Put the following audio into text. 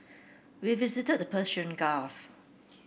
we visited the Persian Gulf